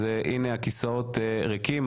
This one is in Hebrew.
הנה הכיסאות ריקים.